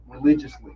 religiously